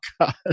God